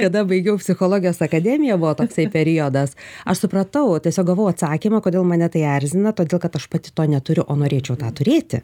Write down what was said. kada baigiau psichologijos akademiją buvo toksai periodas aš supratau tiesiog gavau atsakymą kodėl mane tai erzina todėl kad aš pati to neturiu o norėčiau tą turėti